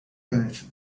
yönetim